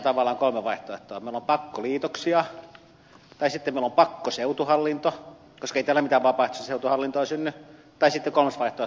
meillä on pakkoliitoksia tai sitten meillä on pakkoseutuhallinto koska ei täällä mitään vapaaehtoista seutuhallintoa synny tai sitten kolmas vaihtoehto on ettei tehdä mitään